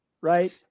right